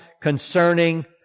concerning